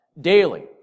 daily